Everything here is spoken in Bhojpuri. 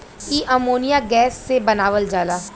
इ अमोनिया गैस से बनावल जाला